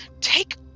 take